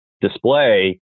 display